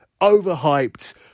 overhyped